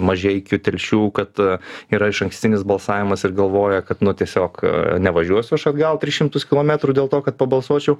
mažeikių telšių kad yra išankstinis balsavimas ir galvoja kad tiesiog nevažiuosiu aš atgal tris šimtus kilometrų dėl to kad pabalsuočiau